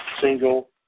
single